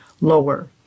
lower